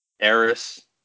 Eris